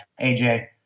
AJ